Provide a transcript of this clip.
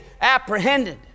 apprehended